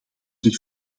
dit